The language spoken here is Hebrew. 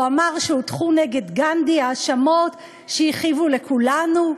והוא אמר שהוטחו נגד גנדי האשמות שהכאיבו לכולנו,